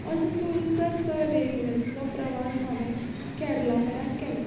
असो सुंदरसो रेल्वेतलो प्रवास हांवें केरला पऱ्यान केलो